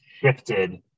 shifted